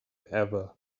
ever